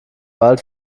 wald